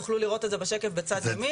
תוכלו לראות את זה בצד שמאל,